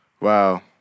Wow